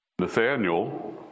Nathaniel